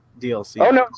DLC